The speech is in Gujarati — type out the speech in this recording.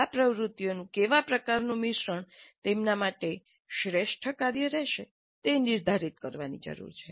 આ પ્રવૃત્તિઓનું કેવા પ્રકારનું મિશ્રણ તેમના માટે શ્રેષ્ઠ કાર્ય કરશે તે નિર્ધારિત કરવાની જરૂર છે